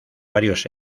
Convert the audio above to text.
varios